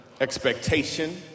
Expectation